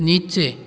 नीचे